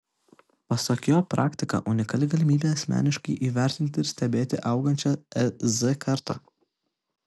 pasak jo praktika unikali galimybė asmeniškai įvertinti ir stebėti augančią z kartą